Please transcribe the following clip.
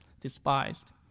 despised